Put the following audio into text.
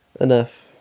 Enough